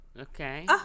Okay